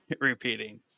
repeating